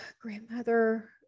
grandmother